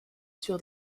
sur